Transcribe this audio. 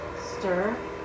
Stir